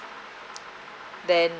than